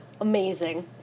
amazing